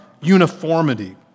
uniformity